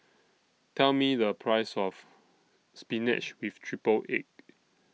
Tell Me The Price of Spinach with Triple Egg